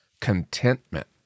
contentment